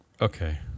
Okay